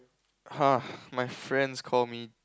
!huh! my friends call me